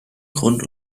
grund